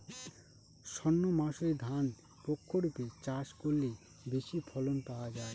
সর্ণমাসুরি ধান প্রক্ষরিপে চাষ করলে বেশি ফলন পাওয়া যায়?